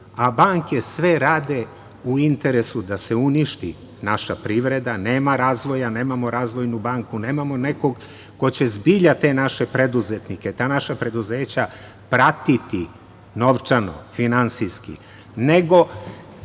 a banke sve rade u interesu da se uništi naša privreda. Nema razvoja, nemamo razvojnu banku, nemamo nekog ko će zbilja te naše preduzetnike, ta naša preduzeća pratiti novčano, finansijski, nego